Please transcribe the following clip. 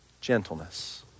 Gentleness